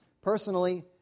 Personally